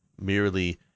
merely